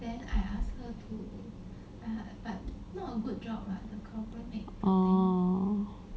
oh